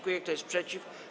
Kto jest przeciw?